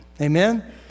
Amen